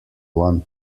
one